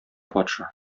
патша